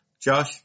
Josh